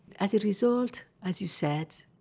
as a result, as you said,